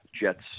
jets